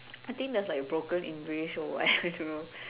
I think there's like broken English or I don't know